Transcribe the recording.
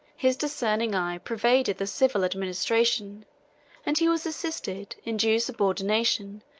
his discerning eye pervaded the civil administration and he was assisted, in due subordination,